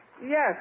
Yes